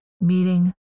meeting